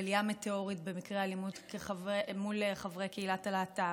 עלייה מטאורית במקרי האלימות מול חברי קהילת הלהט"ב,